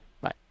Bye